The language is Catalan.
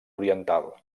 oriental